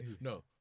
No